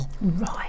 Right